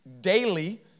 Daily